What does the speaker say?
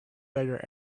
better